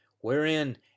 wherein